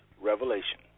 revelation